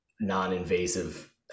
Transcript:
non-invasive